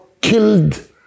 killed